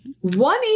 One